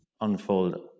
unfold